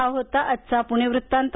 हा होता आजचा पुणे वृत्तांत